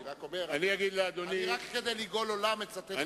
רק כדי לגאול עולם אני מצטט דברים בשם אומרם.